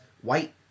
white